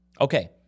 Okay